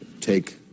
take